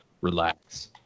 relax